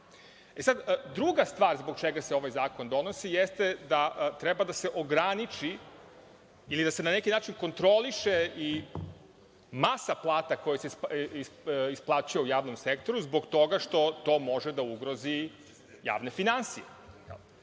u redu. Druga stvar, zbog čega se ovaj zakon donosi jeste da treba da se ograniči ili da se na neki način kontroliše i masa plata koja se isplaćuje u javnom sektoru, zbog toga što to može da ugrozi javne finansije.